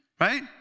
right